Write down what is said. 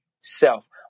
self